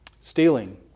Stealing